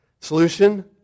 Solution